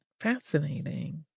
Fascinating